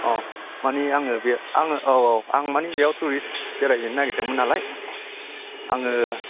अह मानि आङो बेव आङो औ औ आं मानि बेयाव थुरिस्ट बेराय हैनो नागेरदोंमोन नालाय आङो